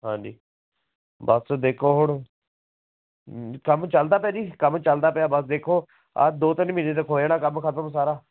ਹਾਂਜੀ ਬਸ ਦੇਖੋ ਹੁਣ ਕੰਮ ਚੱਲਦਾ ਤਾਂ ਜੀ ਕੰਮ ਚੱਲਦਾ ਪਿਆ ਬਸ ਦੇਖੋ ਆਹ ਦੋ ਤਿੰਨ ਮਹੀਨੇ ਤੱਕ ਹੋ ਜਾਣਾ ਕੰਮ ਖ਼ਤਮ ਸਾਰਾ